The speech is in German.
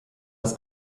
das